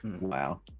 Wow